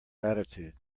latitude